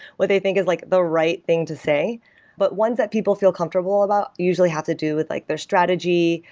what they think is like the the right thing to say but once that people feel comfortable about usually have to do with like their strategy.